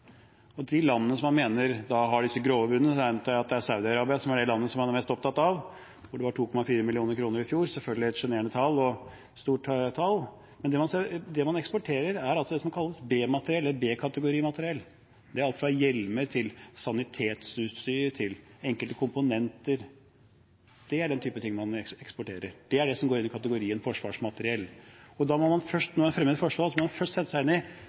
av de landene som man mener har disse grove bruddene, antar jeg at det er Saudi-Arabia som er det landet man er mest opptatt av, hvor det var 2,4 mill. kr i fjor – selvfølgelig et sjenerende og stort tall. Men det man eksporterer, er altså det som kalles kategori B-materiell. Det er alt fra hjelmer til sanitetsutstyr til enkelte komponenter. Det er den typen ting man eksporterer – det er det som går under kategorien forsvarsmateriell. Når man fremmer et forslag, må man først sette seg inn i